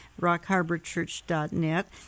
rockharborchurch.net